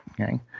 Okay